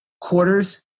quarters